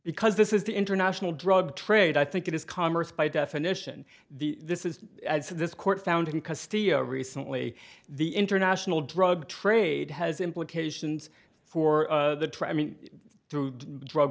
because this is the international drug trade i think it is congress by definition the this is this court found recently the international drug trade has implications for the try me through drug